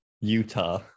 Utah